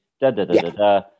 Da-da-da-da-da